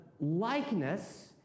likeness